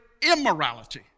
immorality